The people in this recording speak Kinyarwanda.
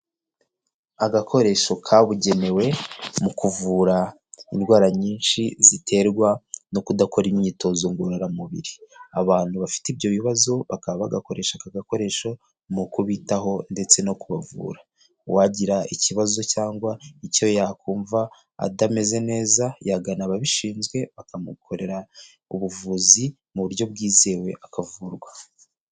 Agakoresho kabugenewe mu kuvura indwara nyinshi ziterwa no kudakora imyitozo ngororamubiri, abantu bafite ibyo bibazo bakaba bagakoresha aka gakoresho mu kubitaho ndetse no kubavura, uwagira ikibazo cyangwa icyo yakumva atameze neza yagana ababishinzwe bakamukorera ubuvuzi mu buryo bwizewe akavurwa.